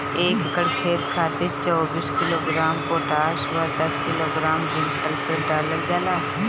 एक एकड़ खेत खातिर चौबीस किलोग्राम पोटाश व दस किलोग्राम जिंक सल्फेट डालल जाला?